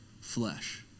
Flesh